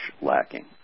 lacking